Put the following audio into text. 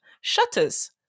shutters